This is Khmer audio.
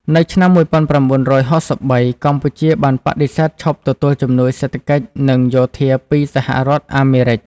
នៅឆ្នាំ ១៩៦៣ កម្ពុជាបានបដិសេធឈប់ទទួលជំនួយសេដ្ឋកិច្ច និងយោធាពីសហរដ្ឋអាមេរិក។